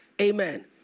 amen